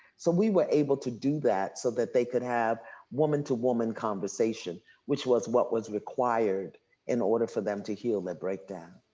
so we were able to do that so that they could have woman to woman conversation which was what was required in order for them to heal their breakdown.